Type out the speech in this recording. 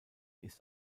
ist